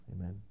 Amen